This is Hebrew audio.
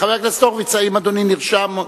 חבר הכנסת הורוביץ, האם אדוני נרשם?